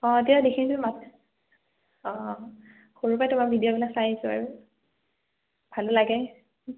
অঁ তেতিয়া দেখিছোঁ তোমাক অঁ সৰুৰ পৰা তোমাৰ ভিডিঅ'বিলাক চাই আছোঁ আৰু ভাল লাগে